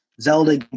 Zelda